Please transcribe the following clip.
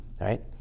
right